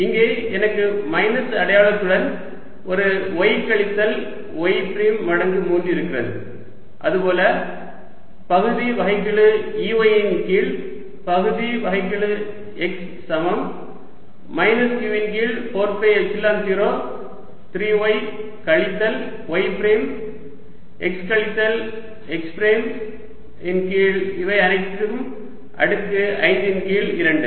இங்கே எனக்கு மைனஸ் அடையாளத்துடன் ஒரு y கழித்தல் y பிரைம் மடங்கு 3 இருக்கிறது அதுபோல் பகுதி வகைக்கெழு Ey இன் கீழ் பகுதி வகைக்கெழு x சமம் மைனஸ் q இன் கீழ் 4 பை எப்சிலன் 0 3 y கழித்தல் y பிரைம் x கழித்தல் x பிரைம் இன் கீழ் இவை அனைத்தும் அடுக்கு 5 இன் கீழ் 2